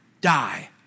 die